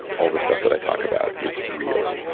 all this stuff that i talk about, it's real.